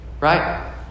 right